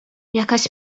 jakaś